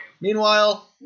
Meanwhile